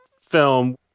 film